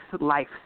life